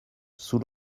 sous